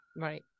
Right